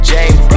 James